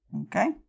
Okay